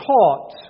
taught